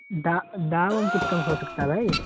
دام وام کچھ کم ہو سکتا بھائی